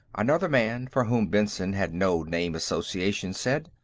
another man for whom benson had no name-association said.